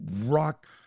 rock